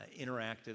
interactive